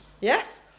Yes